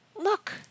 Look